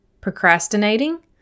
procrastinating